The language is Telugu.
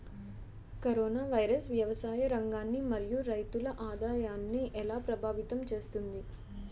కరోనా వైరస్ వ్యవసాయ రంగాన్ని మరియు రైతుల ఆదాయాన్ని ఎలా ప్రభావితం చేస్తుంది?